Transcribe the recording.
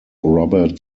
robert